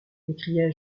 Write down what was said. m’écriai